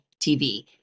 TV